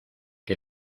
que